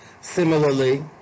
Similarly